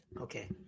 Okay